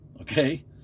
okay